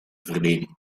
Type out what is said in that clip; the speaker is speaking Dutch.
verlenen